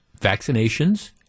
vaccinations